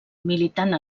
militant